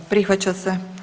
Prihvaća se.